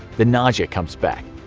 the nausea comes back.